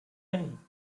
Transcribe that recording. hey